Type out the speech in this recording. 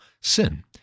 sin